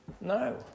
no